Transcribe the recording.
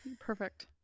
perfect